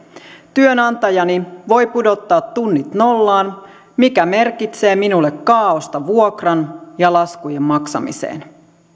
työantajani voi pudottaa tunnit nollaan mikä merkitsee minulle kaaosta vuokran ja laskujen maksamiseen